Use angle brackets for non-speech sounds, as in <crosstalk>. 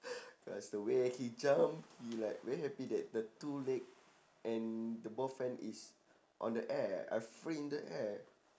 <noise> cause the way he jump he like very happy that the two leg and the both hand is on the air are free in the air